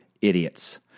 idiots